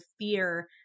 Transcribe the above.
fear